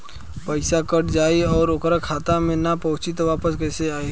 पईसा कट जाई और ओकर खाता मे ना पहुंची त वापस कैसे आई?